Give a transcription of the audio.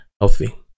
healthy